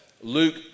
luke